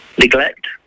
neglect